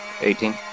eighteen